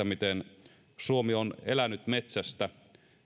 miten suomi on elänyt metsästä